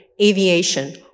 aviation